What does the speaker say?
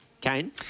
Kane